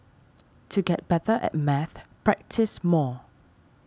to get better at maths practise more